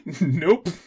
Nope